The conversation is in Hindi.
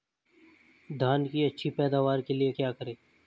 धान की अच्छी पैदावार के लिए क्या करें?